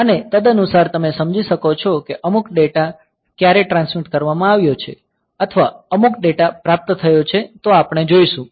અને તદનુસાર તમે સમજી શકો છો કે અમુક ડેટા ક્યારે ટ્રાન્સમિટ કરવામાં આવ્યો છે અથવા અમુક ડેટા પ્રાપ્ત થયો છે તો આપણે તે જોઈશું